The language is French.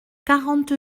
quarante